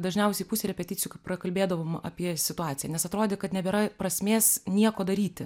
dažniausiai pusę repeticijų prakalbėdavom apie situaciją nes atrodė kad nebėra prasmės nieko daryti